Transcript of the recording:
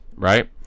Right